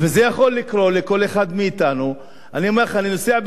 אני נוסע בבוקר מבאקה-אל-ע'רביה לירושלים,